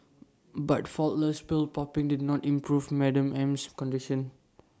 but faultless pill popping did not improve Madam M's condition